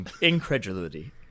Incredulity